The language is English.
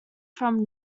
from